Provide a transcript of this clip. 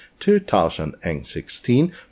2016